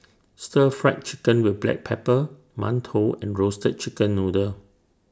Stir Fry Chicken with Black Pepper mantou and Roasted Chicken Noodle